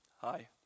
hi